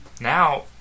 Now